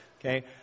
okay